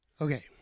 Okay